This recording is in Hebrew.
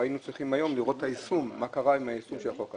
היינו צריכים לראות כבר היום את היישום ולראות מהקרה עם יישום החוק הזה.